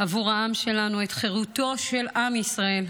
עבור העם שלנו את חירותו של עם ישראל,